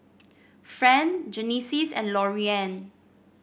Friend Genesis and Lorean